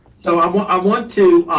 so i want i want to